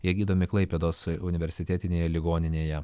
jie gydomi klaipėdos universitetinėje ligoninėje